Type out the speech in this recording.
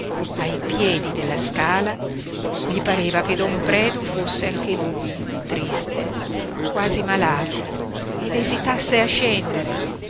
ai piedi della scala gli pareva che don predu fosse anche lui triste quasi malato ed esitasse a scendere